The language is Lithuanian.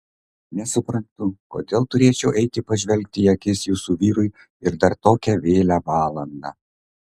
nesuprantu kodėl turėčiau eiti pažvelgti į akis jūsų vyrui ir dar tokią vėlią valandą